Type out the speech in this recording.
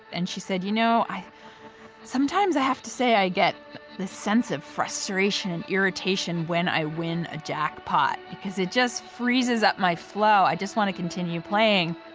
and she said, you know, sometimes i have to say i get the sense of frustration, irritation when i win a jackpot because it just freezes up my flow. i just want to continue playing.